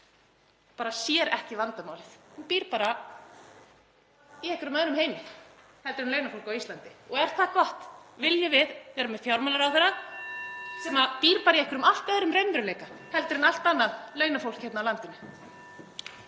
sannarlega ekki vandamálið. Hún býr bara í einhverjum öðrum heimi heldur en launafólk á Íslandi. Og er það gott? Viljum við vera með fjármálaráðherra (Forseti hringir.) sem býr í einhverjum allt öðrum raunveruleika heldur en allt annað launafólk hérna á landinu?